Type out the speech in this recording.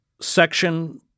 section